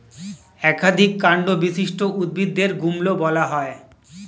একাধিক কান্ড বিশিষ্ট উদ্ভিদদের গুল্ম বলা হয়